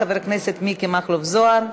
חבר הכנסת מכלוף מיקי זוהר,